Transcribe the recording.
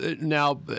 Now